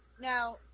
Now